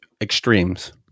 extremes